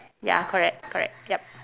ya correct correct yup